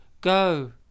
Go